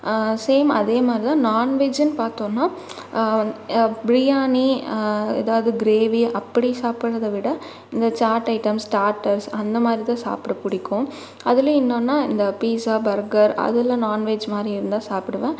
same அதேமாதிரிதான் நான் வெஜுன்னு பார்த்தோன்னா பிரியாணி ஏதாது கிரேவி அப்படி சாப்பிட்றத விட இந்த சாட் ஐடெம்ஸ் ஸ்டாடர்ஸ் அந்தமாதிரிதான் சாப்பிட பிடிக்கும் அதிலியும் என்னான்னால் இந்த பீசா பர்கர் அதில் நான்வெஜ் மாதிரியும் இருந்தால் சாப்பிடுவேன்